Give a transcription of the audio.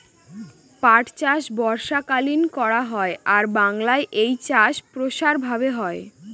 পাট চাষ বর্ষাকালীন করা হয় আর বাংলায় এই চাষ প্রসার ভাবে হয়